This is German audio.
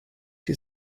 die